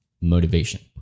motivation